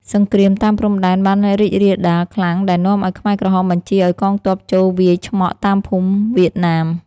សង្គ្រាមតាមព្រំដែនបានរីករាលដាលខ្លាំង ដែលនាំឱ្យខ្មែរក្រហមបញ្ជាឱ្យកងទ័ពចូលវាយឆ្មក់តាមភូមិវៀតណាម។